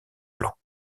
plans